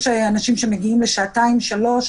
יש אנשים שמגיעים לשעתיים-שלוש,